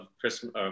Christmas